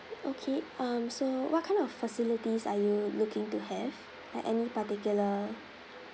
okay um so what kind of facilities are you looking to have uh any particular